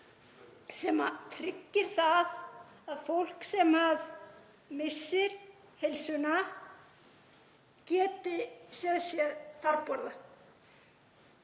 sem tryggir það að fólk sem missir heilsuna geti séð sér farborða.